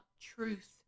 truth